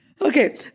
Okay